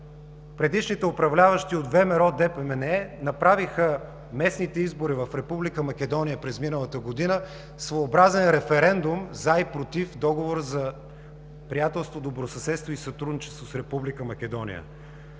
Предишните управляващи от МВРО – ДПМНЕ, направиха местните избори в Република Македония през миналата година своеобразен референдум „за“ и „против“ Договора за приятелство, добросъседство и сътрудничество с Република Македония,